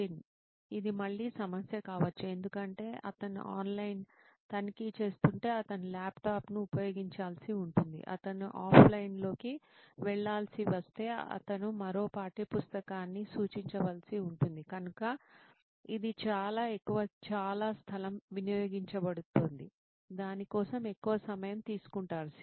నితిన్ ఇది మళ్లీ సమస్య కావచ్చు ఎందుకంటే అతను ఆన్లైన్లో తనిఖీ చేస్తుంటే అతను ల్యాప్టాప్ను ఉపయోగించాల్సి ఉంటుంది అతను ఆఫ్లైన్లోకి వెళ్లాల్సి వస్తే అతను మరో పాఠ్యపుస్తకాన్ని సూచించవలసి ఉంటుంది కనుక ఇది చాలా ఎక్కువ చాలా స్థలం వినియోగించబడుతోంది దాని కోసం ఎక్కువ సమయం తీసుకుంటారు